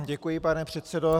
Děkuji, pane předsedo.